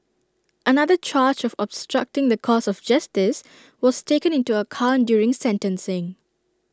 another charge of obstructing the course of justice was taken into account during sentencing